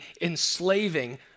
enslaving